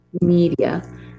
media